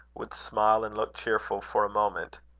would smile and look cheerful for a moment.